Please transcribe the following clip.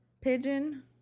Pigeon